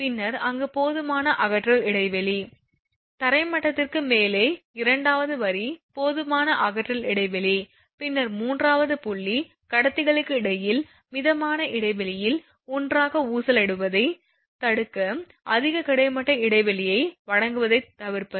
பின்னர் அங்கு போதுமான அகற்றல் இடைவெளி தரைமட்டத்திற்கு மேலே இரண்டாவது வரி போதுமான அகற்றல் இடைவெளி பின்னர் மூன்றாவது புள்ளி கடத்திகளுக்கு இடையில் மிதமான இடைவெளியில் ஒன்றாக ஊசலாடுவதைத் தடுக்க அதிக கிடைமட்ட இடைவெளியை வழங்குவதைத் தவிர்ப்பது